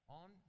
on